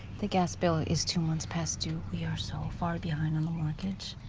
the gas bill is two months past due. we are so far behind on the mortgage.